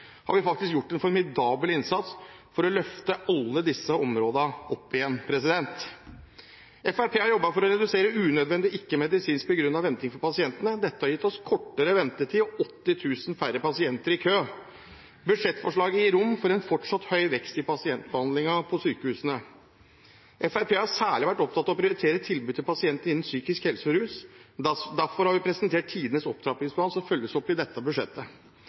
Vi har faktisk gjort en formidabel innsats for å løfte alle disse områdene opp igjen. Fremskrittspartiet har jobbet for å redusere unødvendig, ikke medisinsk begrunnet venting for pasientene. Dette har gitt oss kortere ventetid og 80 000 færre pasienter i kø. Budsjettforslaget gir rom for en fortsatt høy vekst i pasientbehandlingen på sykehusene. Fremskrittspartiet har særlig vært opptatt av å prioritere tilbud til pasienter innen psykisk helse og rus. Derfor har vi presentert tidenes opptrappingsplan, som følges opp i dette budsjettet.